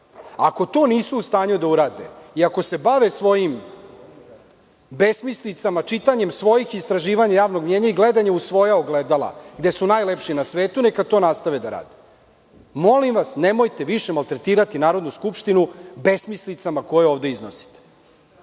Ako to nisu u stanju da urade, i ako se bave svojim besmislicama, čitanjem svojih istraživanja javnog mnjenja i gledanja u svoja ogledala, gde su najlepši na svetu, neka nastave da rade. Molim vas, nemojte više maltretirati Narodnu skupštinu besmislicama koje ovde iznostite.